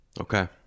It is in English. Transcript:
Okay